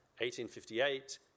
1858